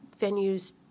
venues